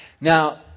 Now